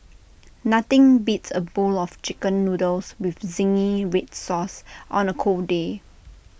nothing beats A bowl of Chicken Noodles with Zingy Red Sauce on A cold day